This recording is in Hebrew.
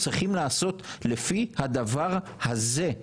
צריכים לעשות לפי הדבר הזה.